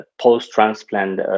post-transplant